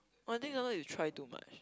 one thing don't know you try too much